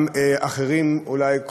וגם בעיני אחרים אולי,